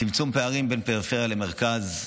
צמצום פערים בין פריפריה למרכז.